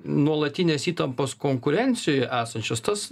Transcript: nuolatinės įtampos konkurencijoje esančios tas